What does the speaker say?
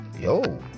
yo